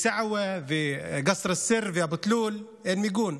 בסעווה, בקסר א-סיר ובאבו תלול אין מיגון.